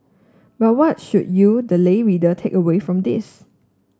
but what should you the lay reader take away from this